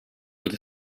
with